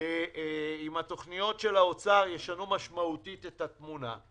אם התכניות של האוצר ישנו משמעותית את התמונה,